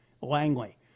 Langley